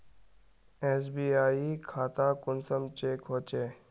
SBI खाता कुंसम check होचे?